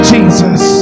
Jesus